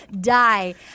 die